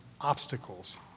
obstacles